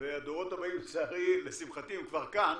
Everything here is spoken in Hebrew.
והדורות הבאים, לשמחתי הם כבר כאן